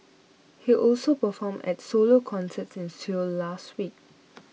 he also performed at solo concerts in Seoul last week